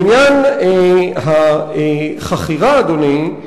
לעניין החכירה, אדוני,